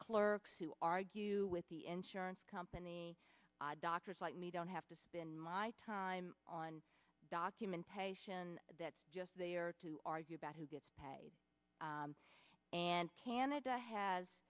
clerks who argue with the insurance company doctors like me don't have to spend my time on documentation that's just there to argue about who gets paid and canada has